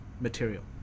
material